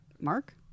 Mark